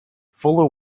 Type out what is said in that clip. fuller